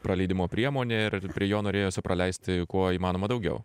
praleidimo priemonė ir prie jo norėjosi praleisti kuo įmanoma daugiau